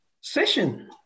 session